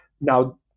Now